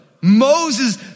Moses